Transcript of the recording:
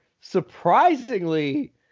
surprisingly